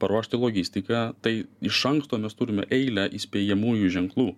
paruošti logistiką tai iš anksto mes turime eilę įspėjamųjų ženklų